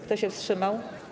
Kto się wstrzymał?